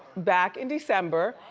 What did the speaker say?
back in december.